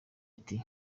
ati